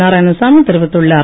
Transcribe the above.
நாராயணசாமி தெரிவித்துள்ளார்